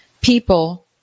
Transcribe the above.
people